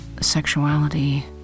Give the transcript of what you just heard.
sexuality